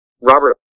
Robert